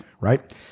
Right